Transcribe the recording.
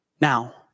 Now